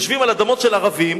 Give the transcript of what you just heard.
יושבים על אדמות של ערבים,